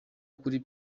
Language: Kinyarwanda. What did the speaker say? kuri